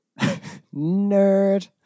nerd